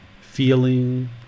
feeling